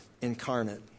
incarnate